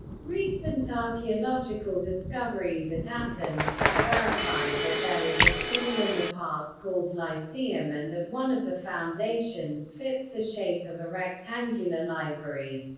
recent archaeological discoveries at athens have verified that there was a school in the park called lyceum and that one of the foundations fits the shape of a rectangular library.